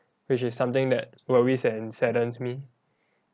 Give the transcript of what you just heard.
which is something that worries and saddens me